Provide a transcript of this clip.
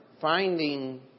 finding